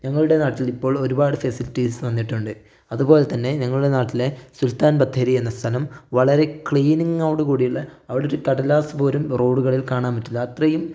ഞങ്ങളുടെ നാട്ടിലിപ്പോൾ ഒരുപാടു ഫെസിലിറ്റീസ് വന്നിട്ടുണ്ട് അതുപോലെത്തന്നെ ഞങ്ങളുടെ നാട്ടിലെ സുലൽത്താൻ ബത്തേരി എന്ന സ്ഥലം വളരെ ക്ലീനിങ്ങോടുകൂടിയുള്ള അവിടൊരു കടലാസ് പോലും റോഡുകളിൽ കാണാൻ പറ്റില്ല അത്രയും